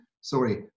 sorry